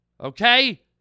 Okay